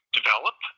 develop